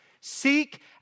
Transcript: seek